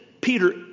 Peter